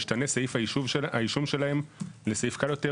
משתנה סעיף האישום שלהם לסעיף קל יותר,